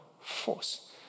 force